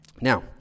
Now